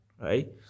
right